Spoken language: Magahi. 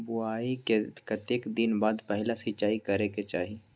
बोआई के कतेक दिन बाद पहिला सिंचाई करे के चाही?